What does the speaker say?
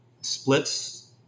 splits